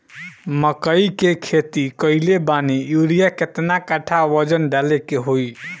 मकई के खेती कैले बनी यूरिया केतना कट्ठावजन डाले के होई?